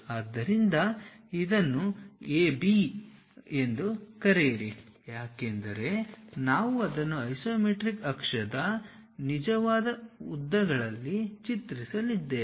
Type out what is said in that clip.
ಆದ್ದರಿಂದ ಇದನ್ನು A B ಎಂದು ಕರೆಯಿರಿ ಏಕೆಂದರೆ ನಾವು ಅದನ್ನು ಐಸೊಮೆಟ್ರಿಕ್ ಅಕ್ಷದ ನಿಜವಾದ ಉದ್ದಗಳಲ್ಲಿ ಚಿತ್ರಿಸುತ್ತಿದ್ದೇವೆ